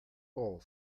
bra